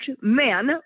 men